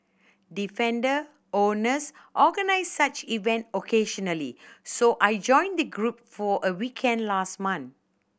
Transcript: defender owners organise such event occasionally so I joined the group for a weekend last month